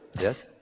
Yes